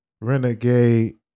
Renegade